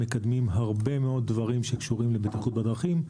מקדמים הרבה מאוד דברים שקשורים לבטיחות בדרכים,